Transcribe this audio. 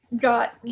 got